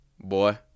Boy